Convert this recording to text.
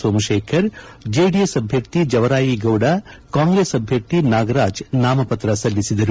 Somashekar JDS ಅಭ್ಯರ್ಥಿ ಜವರಾಯೀಗೌಡ ಕಾಂಗ್ರೆಸ್ ಅಭ್ಯರ್ಥಿ ನಾಗರಾಜ್ ನಾಮಪತ್ರ ಸಲ್ಲಿಸಿದರು